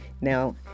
now